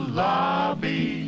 lobby